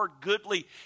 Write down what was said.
goodly